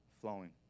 flowing